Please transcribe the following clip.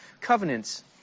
covenants